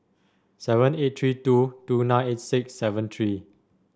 seven eight three two two nine eight six seven three